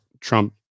Trump